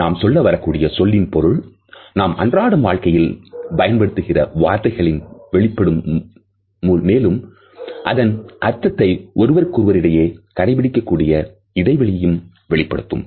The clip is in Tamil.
நாம் சொல்ல வரக்கூடிய சொல்லின் பொருள் நாம் அன்றாட வாழ்க்கையின் பயன்படுத்துகிறேன் வார்த்தைகளில் வெளிப்படும் மேலும் அதன் அர்த்தத்தை ஒருவருக்கு ஒருவர் இடையே கடைபிடிக்கக் கூடிய இடைவெளியும் வெளிப்படுத்தும்